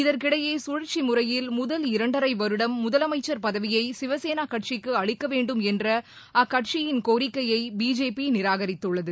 இதற்கிடையே கழற்சி முறையில் முதல் இரண்டரை வருடம் முதலமைச்சர் பதவியை சிவசேனா கட்சிக்கு அளிக்கவேண்டும் என்ற அக்கட்சியின் கோரிக்கையை பிஜேபி நிராகரித்துள்ளது